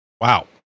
Wow